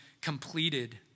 completed